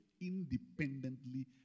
independently